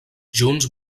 junts